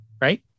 Right